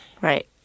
right